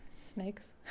Snakes